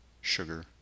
sugar